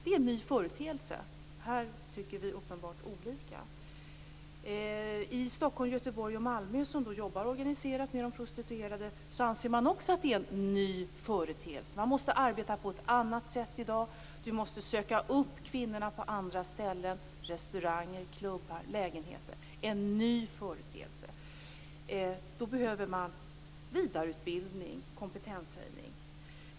Det är en ny företeelse. Här tycker vi uppenbarligen olika. I Stockholm, Göteborg och Malmö, som jobbar organiserat med de prostituerade, anser man också att det är ny företeelse. Man måste arbeta på ett annat sätt i dag. Man måste söka upp kvinnorna på andra ställen - restauranger, klubbar och lägenheter. Det är en ny företeelse, och då behöver man vidareutbildning och kompetenshöjning.